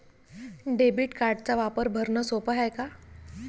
Debit कार्डचा वापर भरनं सोप हाय का?